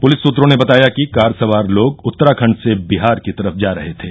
police सूत्रों ने बताया कि कार सवार लोग उत्तराखण्ड से बिहार की तरफ जा रहे थे